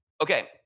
Okay